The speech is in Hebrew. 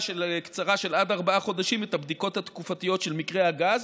קצרה של עד ארבעה חודשים את הבדיקות התקופתיות של מתקני הגז